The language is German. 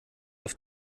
auf